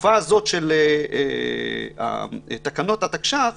התקופה של תקנות התקש"ח,